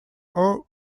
ore